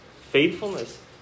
faithfulness